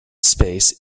space